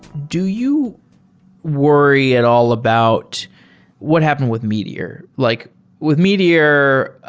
do you worry at all about what happened with meteor? like with meteor,